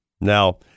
Now